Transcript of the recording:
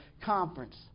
conference